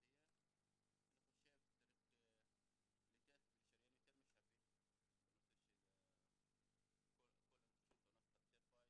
אני חושב שצריך לתת ולשריין יותר משאבים לכל הנושא של תאונות חצר בית,